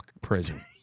prison